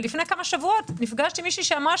לפני כמה שבועות נפגשתי עם מישהי שאמרה